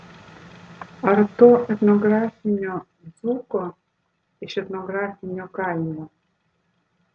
ar to etnografinio dzūko iš etnografinio kaimo